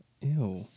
Ew